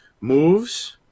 moves